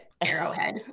arrowhead